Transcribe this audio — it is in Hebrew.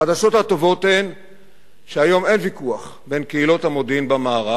החדשות הטובות הן שהיום אין ויכוח בין קהילות המודיעין במערב,